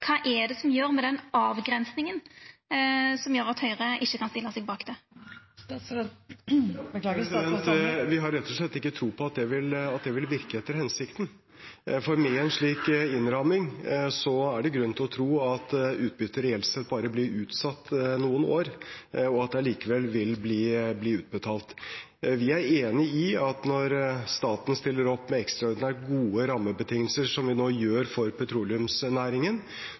kva er det med den avgrensinga som gjer at Høgre ikkje kan stilla seg bak? Vi har rett og slett ikke tro på at det vil virke etter hensikten. Med en slik innramming er det grunn til å tro at utbyttet reelt sett bare blir utsatt noen år, og at det likevel vil bli utbetalt. Vi er enig i at når staten stiller opp med ekstraordinært gode rammebetingelser, som vi nå gjør for